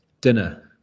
dinner